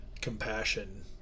compassion